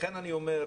לכן אני אומר,